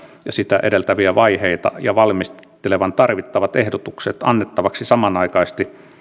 ja sitä edeltäviä vaiheita ja valmistelevan tarvittavat ehdotukset annettavaksi samanaikaisesti